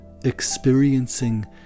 experiencing